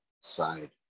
side